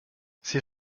ces